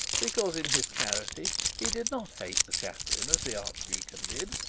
because in his charity he did not hate the chaplain as the archdeacon did,